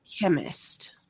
Chemist